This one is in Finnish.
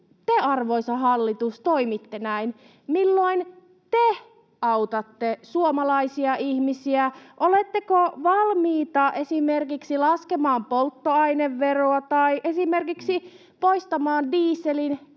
te, arvoisa hallitus, toimitte näin? Milloin te autatte suomalaisia ihmisiä? Oletteko valmiita esimerkiksi laskemaan polttoaineveroa tai esimerkiksi poistamaan dieselin